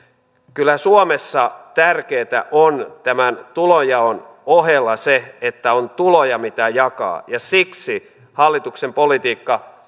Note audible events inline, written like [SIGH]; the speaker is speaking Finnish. kyllä suomessa tärkeätä on tämän tulonjaon ohella se että on tuloja mitä jakaa ja siksi hallituksen politiikka [UNINTELLIGIBLE]